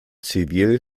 zivil